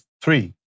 three